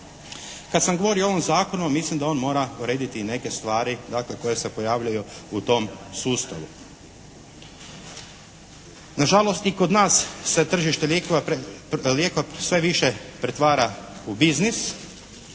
Kada sam govorio o ovom zakonu, mislim da on mora urediti neke stvari koje se pojavljuju u tom sustavu. Na žalost i kod nas se tržište lijekova sve više pretvara u biznis,